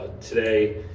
today